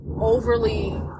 overly